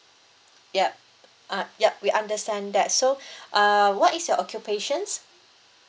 yup uh yup we understand that so uh what is your occupations